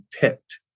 picked